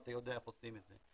אבל אתה יודע איך עושים את זה.